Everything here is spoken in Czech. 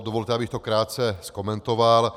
Dovolte, abych to krátce okomentoval.